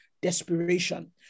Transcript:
Desperation